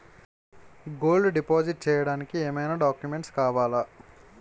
Gold deposit చేయడానికి ఏమైనా documents కావాలా?